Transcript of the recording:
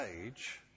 age